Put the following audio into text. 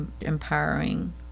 empowering